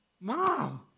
Mom